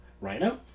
rhino